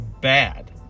bad